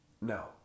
No